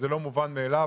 זה לא מובן מאליו.